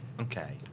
Okay